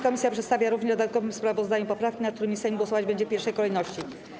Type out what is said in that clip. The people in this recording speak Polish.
Komisja przedstawia również w dodatkowym sprawozdaniu poprawki, nad którymi Sejm głosować będzie w pierwszej kolejności.